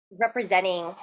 representing